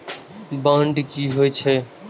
Bond की होई छै?